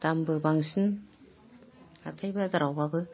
दामबो बांसिन हाथाय बाजाराव बाबो